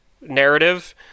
narrative